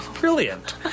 brilliant